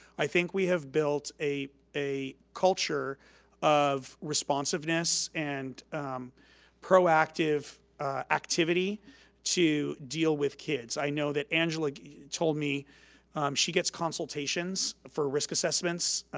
i think we have built a a culture of responsiveness and proactive activity to deal with kids. i know that angela told me she gets consultations for risk assessments.